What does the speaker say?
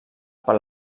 per